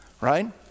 right